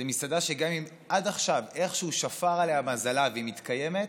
זו מסעדה שגם אם עד עכשיו איכשהו שפר עליה מזלה והיא מתקיימת,